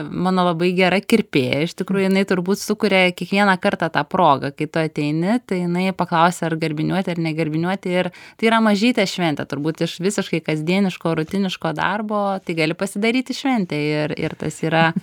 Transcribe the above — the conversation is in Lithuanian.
mano labai gera kirpėja iš tikrųjų jinai turbūt sukuria kiekvieną kartą tą progą kai tu ateini tai jinai paklausia ar garbiniuoti ar ne garbiniuoti ir tai yra mažytė šventė turbūt iš visiškai kasdieniško rutiniško darbo tai gali pasidaryti šventę ir ir tas yra